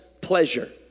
Pleasure